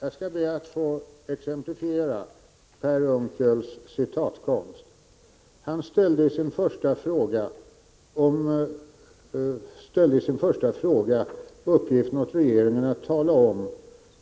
Fru talman! Jag ber att få exemplifiera Per Unckels citatkonst. I sin första fråga bad han regeringen tala om